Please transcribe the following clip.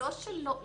לא שלא מוכנות.